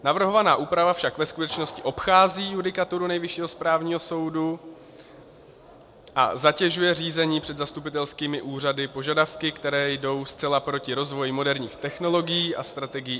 Navrhovaná úprava však ve skutečnosti obchází judikaturu Nejvyššího správního soudu a zatěžuje řízení před zastupitelskými úřady požadavky, které jdou zcela proti rozvoji moderních technologií a strategií eGovernmentu.